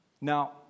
Now